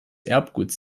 erbguts